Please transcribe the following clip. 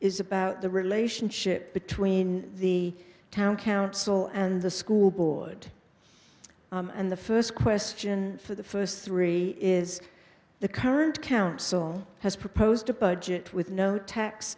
is about the relationship between the town council and the school board and the first question for the first three is the current council has proposed a budget with no tax